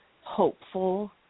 hopeful